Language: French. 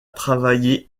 travailler